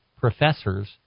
professors